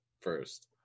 first